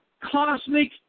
cosmic